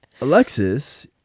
alexis